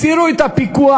הסירו את הפיקוח,